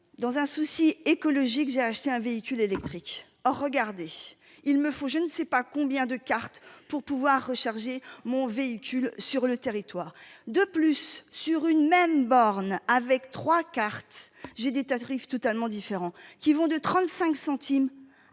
Dans un souci écologique. J'ai acheté un véhicule électrique oh regardez il me faut, je ne sais pas combien de carte pour pouvoir recharger mon véhicule sur le territoire de plus sur une même bornes avec 3 cartes. J'ai dit à totalement différents qui vont de 35 centimes